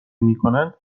میکنند